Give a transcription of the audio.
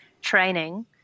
training